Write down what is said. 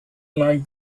like